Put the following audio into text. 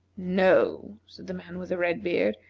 no, said the man with the red beard,